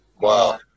Wow